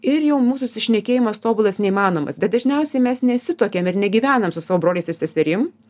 ir jau mūsų susišnekėjimas tobulas neįmanomas bet dažniausiai mes nesituokiam ir negyvenam su savo broliais ir seserim